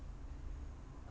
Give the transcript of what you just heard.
咖啡